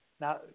Now